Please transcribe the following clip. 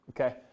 okay